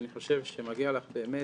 אני חושב שמגיע לך באמת,